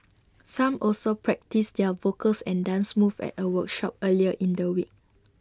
some also practised their vocals and dance moves at A workshop earlier in the week